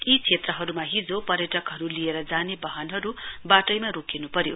यी क्षेत्रहरुमा ह्जे पर्यटकहरु लिएर जाने वाहनहरु वाटैमा रोकिन् पर्यो